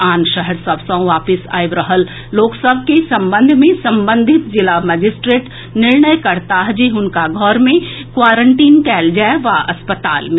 आन शहर सभ सँ वापस आबि रहल लोक सभ के संबंध मे संबंधित जिला मजिस्ट्रेट निर्णय करताह जे हुनका घर मे क्वारंटीन कएल जाए वा अस्पताल मे